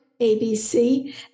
ABC